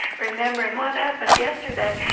remembering what happened yesterday.